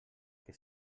que